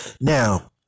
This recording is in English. Now